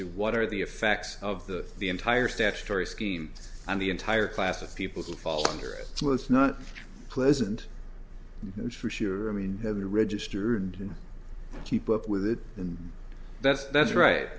to what are the effects of the the entire statutory scheme and the entire class of people who fall under it so it's not pleasant news for sure i mean having to register and keep up with it and that's that's right